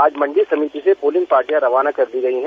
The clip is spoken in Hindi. आज मंडी समिति से पोलिंग पार्टियां रवाना कर दी गयी हैं